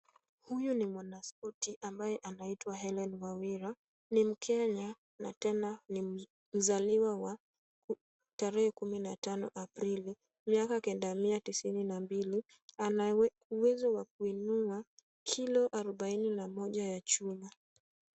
Huyu ni mwanaspoti, ambaye anaitwa Hellen Wawira, ni mkenya na tena ni mzaliwa wa tarehe kumi na tano Aprili, miaka kenda mia tisini na mbili, ana uwezo wa kuinua kilo arobaini na moja ya chuma.